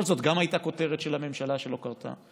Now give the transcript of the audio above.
אבל גם זאת הייתה כותרת של הממשלה שלא קרתה.